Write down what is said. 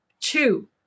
two